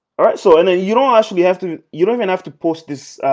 alright, so and you don't actually have to. you don't even have to post this